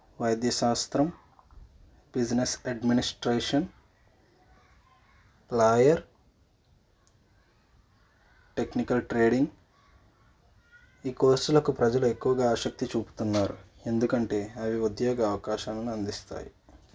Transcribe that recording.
వైద్యశాస్త్రం business administration lawyer technical trading ఈ కోర్సులకు ప్రజలు ఎక్కువగా ఆసక్తి చూపుతున్నారు ఎందుకంటే అవి ఉద్యోగ అవకాశాలను అందిస్తాయి